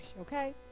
okay